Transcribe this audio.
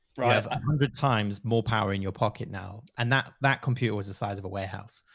ah have um good times, more power in your pocket now, and that that computer was the size of a warehouse.